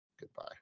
Goodbye